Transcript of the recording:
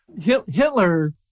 Hitler